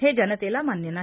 हे जनतेला मान्य नाही